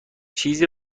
چیزی